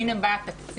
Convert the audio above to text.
הינה בא התקציב.